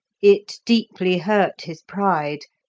it deeply hurt his pride,